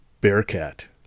Bearcat